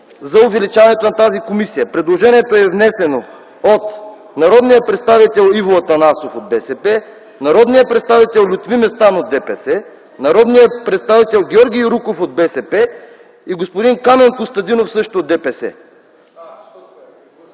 за увеличаване на тази комисия. Предложението е внесено от народния представител Иво Атанасов от БСП, народния представител Лютви Местан от ДПС, народния представител Георги Юруков от БСП и господин Камен Костадинов – също от ДПС.